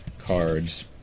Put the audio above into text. cards